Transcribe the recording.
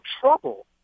trouble